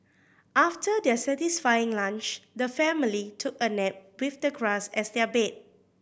after their satisfying lunch the family took a nap with the grass as their bed